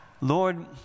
Lord